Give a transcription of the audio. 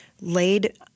laid